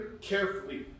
carefully